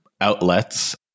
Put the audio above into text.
outlets